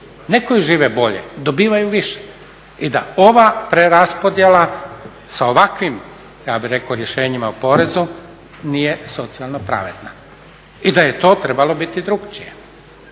ne koji žive bolje, dobivaju više i da ova preraspodjela sa ovakvim ja bih rekao rješenjima o porezu nije socijalno pravedna i da je to trebalo biti drukčije,